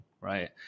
right